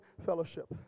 fellowship